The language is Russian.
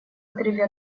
отрыве